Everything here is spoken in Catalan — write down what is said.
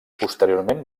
posteriorment